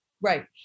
Right